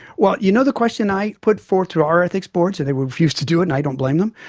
well, you know the question i put forward to our ethics boards, and they refused to do it and i don't blame them,